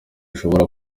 ushobora